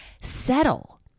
settle